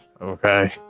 okay